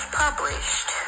published